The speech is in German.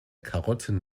karotten